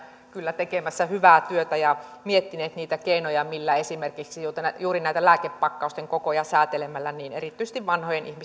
kyllä tekemässä hyvää työtä ja miettineet niitä keinoja millä esimerkiksi juuri näitä lääkepakkausten kokoja säätelemällä erityisesti vanhojen